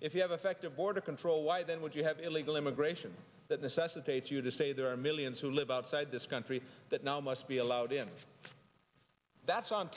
if you have effective border control why then would you have illegal immigration that necessitates you to say there are millions who live outside this country that now must be allowed in that's on